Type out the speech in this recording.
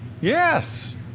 Yes